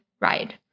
ride